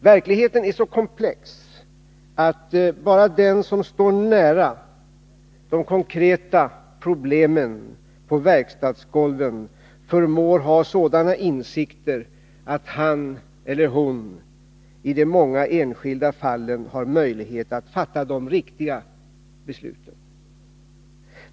Verkligheten är så komplex att bara den som står nära de konkreta problemen på verkstadsgolven förmår ha sådana insikter att han eller hon i de många enskilda fallen har möjlighet att fatta de riktiga besluten.